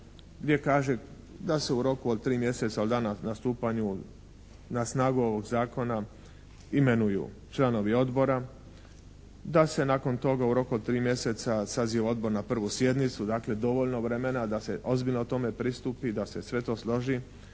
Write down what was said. gdje kaže da se u roku od 3 mjeseca od dana stupanja na snagu ovog zakona imenuju članovi odbora, da se nakon toga u roku tri mjeseca saziva odbor na prvu sjednicu, dakle dovoljno vremena da se ozbiljno tome pristupi, da se sve to složi